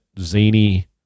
zany